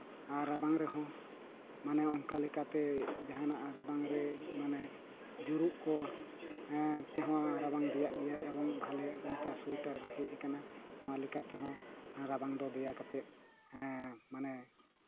ᱟᱨ ᱨᱟᱵᱟᱝ ᱨᱮᱦᱚᱸ ᱢᱟᱱᱮ ᱚᱱᱠᱟ ᱞᱮᱠᱟᱛᱮ ᱡᱟᱦᱟᱱᱟᱜ ᱨᱟᱵᱟᱝ ᱨᱮ ᱢᱟᱱᱮ ᱡᱩᱨᱩᱜ ᱠᱚ ᱛᱮᱦᱚᱸ ᱨᱟᱵᱟᱝ ᱨᱮᱭᱟᱜ ᱜᱮ ᱮᱵᱚᱝ ᱵᱷᱟᱞᱮ ᱱᱮᱛᱟᱨ ᱥᱩᱭᱮᱴᱟᱨ ᱦᱮᱡ ᱠᱟᱱᱟ ᱱᱚᱣᱟ ᱞᱮᱠᱟ ᱛᱮᱦᱚᱸ ᱨᱟᱵᱟᱝ ᱫᱚ ᱫᱮᱭᱟ ᱠᱟᱛᱮᱜ ᱦᱮᱸ ᱢᱟᱱᱮ